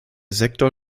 sektor